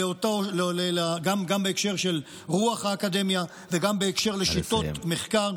גם בהקשר של רוח האקדמיה וגם בהקשר לשיטות מחקר,